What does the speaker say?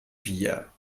wir